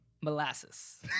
Molasses